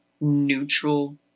neutral